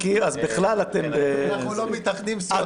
בכלל אתם --- אנחנו לא מתאחדים --- אה,